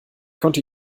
konnte